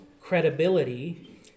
credibility